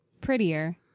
prettier